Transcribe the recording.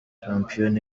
shampiyona